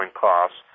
costs